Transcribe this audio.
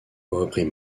reprit